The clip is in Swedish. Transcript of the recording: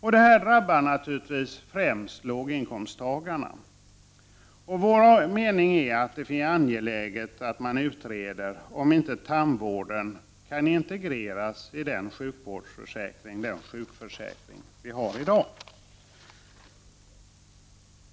Detta drabbar naturligtvis främst låginkomsttagarna. Vår mening är att det är angeläget att man utreder om inte tandvården kan integreras i den sjukvårdsförsäkring vi har i dag.